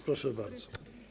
Proszę bardzo.